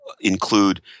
include